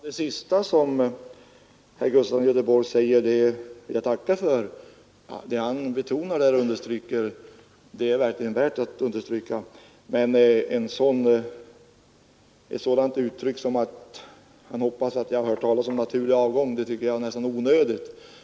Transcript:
Herr talman! Det senaste herr Gustafson i Göteborg sade vill jag tacka för. Det han betonar är verkligen värt att understryka. Men ett sådant yttrande som att han hoppas att jag har hört talas om naturlig avgång tycker jag är nästan onödigt.